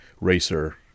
racer